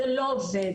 זה לא עובד.